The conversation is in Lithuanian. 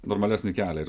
normalesnį kelią ir